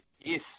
yes